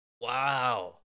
Wow